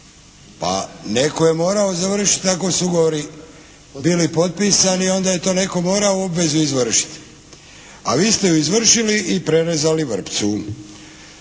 A netko je morao završiti ako su ugovori bili potpisani, onda je tu netko morao obvezu izvršiti. A vi ste ju izvršili i prerezali vrpcu.